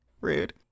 Rude